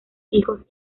hijos